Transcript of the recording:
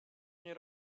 nie